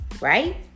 right